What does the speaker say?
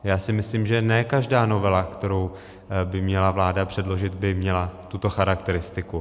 Já si myslím, že ne každá novela, kterou by měla vláda předložit, by měla tuto charakteristiku.